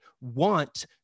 want